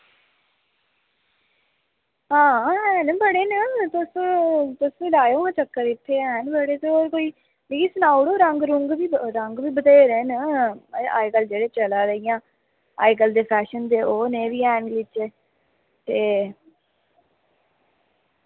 हां हैन बड़े न तुस तुस बी लायो चक्कर इत्थै हैन बड़े ते और कोई मिकी सनाऊड़ो रंग रूंग बी रंग बी बथ्हेरे अज्जकल जेह्ड़े चला दे इ'य्यां अज्जकल दे फैशन दे ओह् नेह् बी हैन बिच ते